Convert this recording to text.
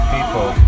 People